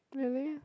really